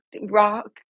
rock